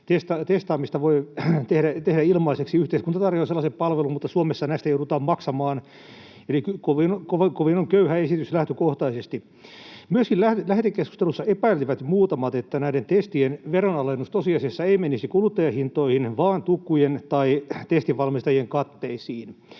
testaamista voi tehdä ilmaiseksi — yhteiskunta tarjoaa sellaisen palvelun — Suomessa näistä joudutaan maksamaan. Eli kovin on köyhä esitys lähtökohtaisesti. Lähetekeskustelussa epäilivät muutamat myöskin, että näiden testien veronalennus ei tosiasiassa menisi kuluttajahintoihin vaan tukkujen tai testinvalmistajien katteisiin,